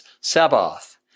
Sabbath